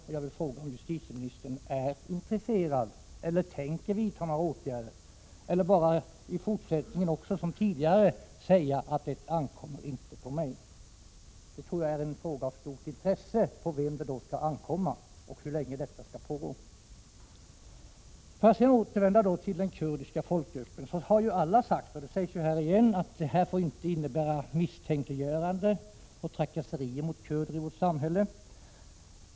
Jag skulle vilja fråga om justitieministern är intresserad eller tänker vidta några åtgärder eller i fortsättningen som tidigare bara tänker säga: ”Det ankommer inte på mig.” Det är en fråga av stort intresse, på vem det då skulle ankomma och hur länge detta skall få pågå. För att återvända till den kurdiska folkgruppen, så har alla sagt att det inte får bli misstänkliggöranden eller trakasserier mot kurder i vårt samhälle.